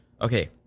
Okay